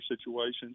situations